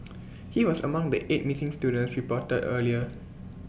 he was among the eight missing students reported earlier